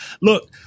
Look